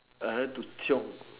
I like to chiong